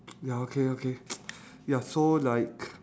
ya okay okay ya so like